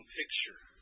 picture